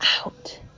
out